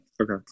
Okay